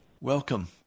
Welcome